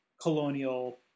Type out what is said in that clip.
colonial